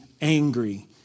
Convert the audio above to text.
angry